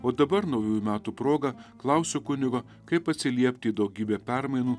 o dabar naujųjų metų proga klausiu kunigo kaip atsiliepti į daugybę permainų